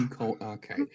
okay